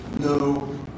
no